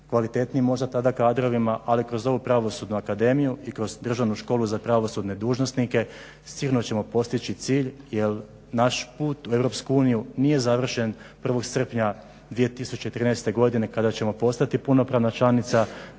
kvalitetnijim možda tada kadrovima, ali kroz ovu Pravosudnu akademiju i kroz Državnu školu za pravosudne dužnosnike sigurno ćemo postići cilj jer naš put u EU nije završen 1. srpnja 2013. godine kada ćemo postati punopravna članica